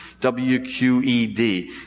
WQED